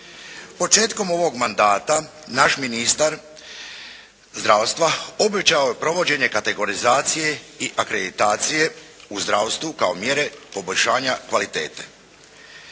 Početkom ovog mandata naš ministar zdravstva obećao je provođenje kategorizacije i akreditacije u zdravstvu kao mjere poboljšanja kvalitete.